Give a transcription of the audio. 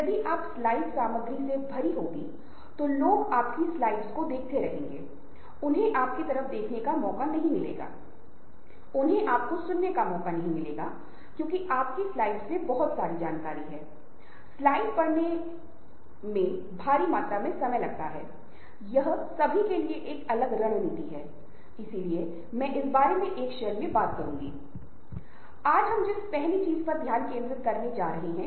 फिर हम नेटवर्क और नेटवर्किंग की एक अधिक तकनीकी परिभाषा के लिए जाएंगे विशेष रूप से तकनीकी संदर्भ में हम विभिन्न स्तरों के बारे में बात करेंगे जिस पर नेटवर्क का आम तौर पर विश्लेषण किया जाता है